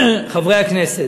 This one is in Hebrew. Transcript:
חברי הכנסת,